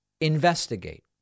investigate